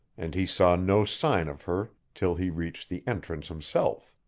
and he saw no sign of her till he reached the entrance himself.